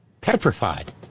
Petrified